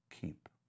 keep